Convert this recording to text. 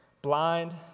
Blind